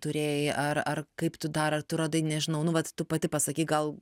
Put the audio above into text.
turėjai ar ar kaip tu dar ar tu radai nežinau nu vat tu pati pasakyk gal